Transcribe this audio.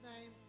name